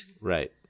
Right